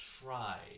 Try